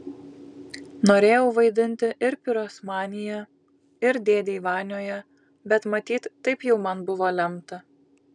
norėjau vaidinti ir pirosmanyje ir dėdėj vanioje bet matyt taip jau man buvo lemta